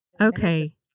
okay